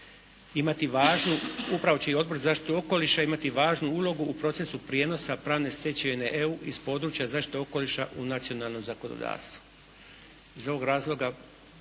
šumarstvo. Upravo će i Odbor za zaštitu okoliša imati važnu ulogu u procesu prijenosa pravne stečevine EU iz područja zaštite okoliša u nacionalno zakonodavstvo.